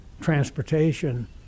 transportation